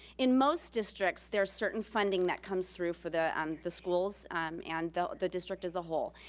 in most districts, there's certain funding that comes through for the um the schools and the the district as a whole.